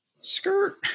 Skirt